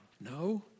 No